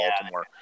Baltimore